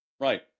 Right